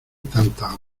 tanta